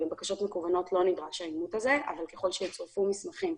בבקשות מקוונות לא נדרש האימות הזה אבל ככל שצורפו מסמכים,